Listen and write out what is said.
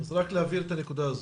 רק להבהיר את הנקודה הזו.